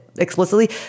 explicitly